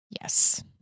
Yes